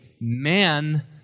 man